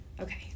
Okay